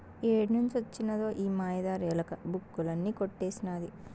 ఏడ్నుంచి వొచ్చినదో ఈ మాయదారి ఎలక, బుక్కులన్నీ కొట్టేసినాది